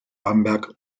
bamberg